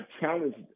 challenged